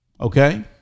Okay